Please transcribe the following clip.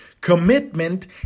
commitment